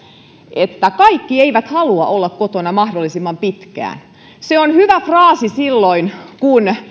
että kaikki eivät halua olla kotona mahdollisimman pitkään se on hyvä fraasi silloin kun